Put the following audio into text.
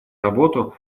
работу